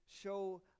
show